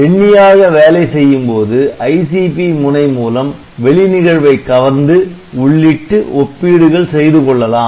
எண்ணி ஆக வேலை செய்யும்போது ICP முனை மூலம் வெளி நிகழ்வை கவர்ந்து உள்ளிட்டு ஒப்பீடுகள் செய்து கொள்ளலாம்